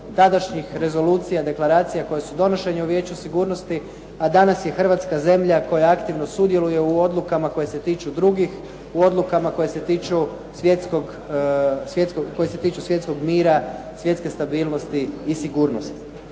tadašnjih rezolucija, deklaracija koje su donošene u Vijeću sigurnosti a danas je Hrvatska zemlja koja aktivno sudjeluje u odlukama koje se tiču drugih, u odlukama koje se tiču svjetskog mira, svjetske stabilnosti i sigurnosti.